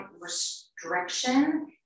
restriction